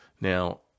Now